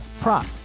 prop